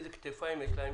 איזה כתפיים יש להם,